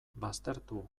baztertu